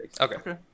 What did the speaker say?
okay